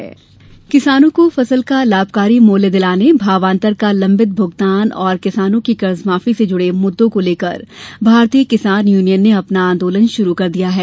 किसान आंदोलन किसानों को फसल का लाभकारी मूल्य दिलाने भावांतर का लंबित भूगतान और किसानों की कर्जमाफी से जुड़े मुद्दों को लेकर भारतीय किसान यूनियन ने अपना आंदोलन शुरू कर दिया है